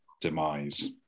demise